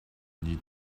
need